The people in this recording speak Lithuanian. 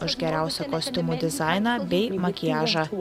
už geriausią kostiumų dizainą bei makiažą